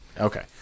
Okay